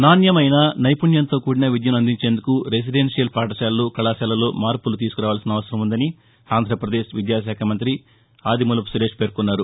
నాణ్టమైన నైపుణ్యంతో కూడిన విద్యను అందించేందుకు రెసిడెన్టియల్ పాఠశాలలు కళాశాలల్లో మార్పులు తీసుకురావలసిన అవసరం ఉందని ఆంధ్రాపదేశ్ విద్యాశాఖా మంతి ఆదిమూలపు సురేశ్ పేర్కొన్నారు